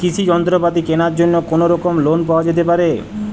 কৃষিযন্ত্রপাতি কেনার জন্য কোনোরকম লোন পাওয়া যেতে পারে?